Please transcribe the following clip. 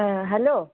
hello